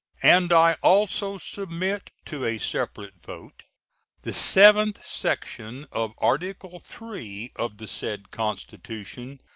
and i also submit to a separate vote the seventh section of article three of the said constitution,